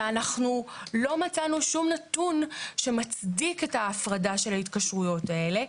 ואנחנו לא מצאנו שום נתון שמצדיק את ההפרדה של ההתקשרויות האלה,